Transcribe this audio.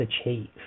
achieve